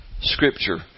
Scripture